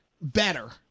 better